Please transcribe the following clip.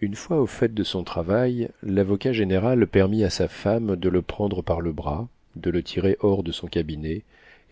une fois au fait de son travail lavocat général permit à sa femme de le prendre par le bras de le tirer hors de son cabinet